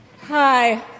Hi